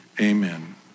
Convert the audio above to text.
Amen